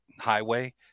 highway